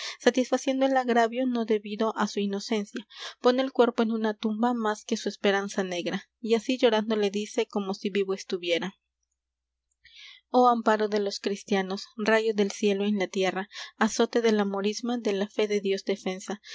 satisfaciendo el agravio no debido á su inocencia pone el cuerpo en una tumba más que su esperanza negra y así llorando le dice como si vivo estuviera oh amparo de los cristianos rayo del cielo en la tierra azote de la morisma de la fe de dios